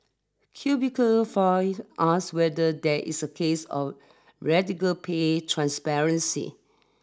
Cubicle Files ask whether there is a case of radical pay transparency